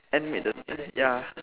N made the ya